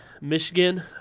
Michigan